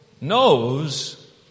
knows